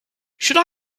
should